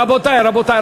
רבותי, רבותי.